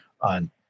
on